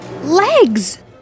legs